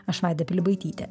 aš vaida pilibaitytė